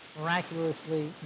miraculously